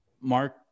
Mark